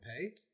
pay